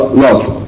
love